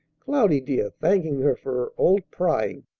cloudy, dear, thanking her for her old prying!